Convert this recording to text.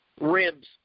ribs